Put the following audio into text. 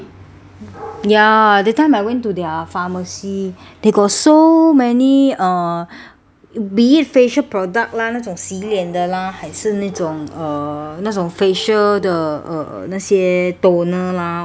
ya that time I went to their pharmacy they got so many uh be it facial product line 那种洗脸的啦还是那种 uh 那种 facial 的 uh 那些 toner lah all these